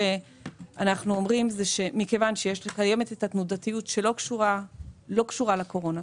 אנחנו אומרים שמכיוון שקיימת התנודתיות שלא קשורה לקורונה,